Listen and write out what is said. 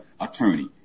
attorney